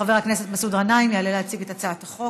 חבר הכנסת מסעוד גנאים יעלה להציג את הצעת החוק,